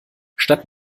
statt